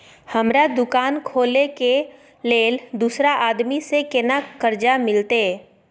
हमरा दुकान खोले के लेल दूसरा आदमी से केना कर्जा मिलते?